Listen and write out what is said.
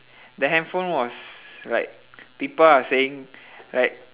the handphone was like people are saying like